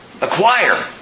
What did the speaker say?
Acquire